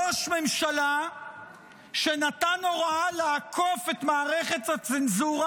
ראש ממשלה שנתן הוראה לעקוף את מערכת הצנזורה